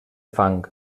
fang